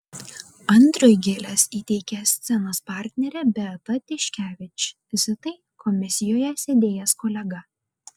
andriui gėles įteikė scenos partnerė beata tiškevič zitai komisijoje sėdėjęs kolega